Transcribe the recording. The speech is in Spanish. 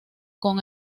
con